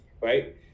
right